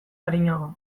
arinago